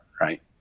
right